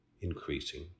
increasing